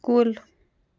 کُل